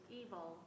evil